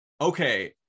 okay